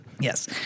Yes